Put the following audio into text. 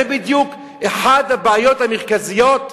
זה בדיוק אחת הבעיות המרכזיות,